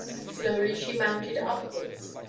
slowly she mounted upwards,